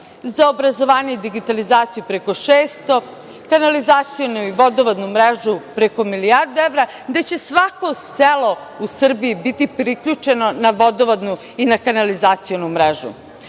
za obrazovanje i digitalizaciju preko 600, kanalizacionu i vodovodnu mrežu preko milijardu evra, gde će svako selo u Srbiji biti priključeno na vodovodnu i kanalizacionu mrežu.U